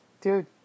dude